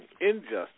injustice